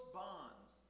bonds